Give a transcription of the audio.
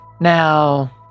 Now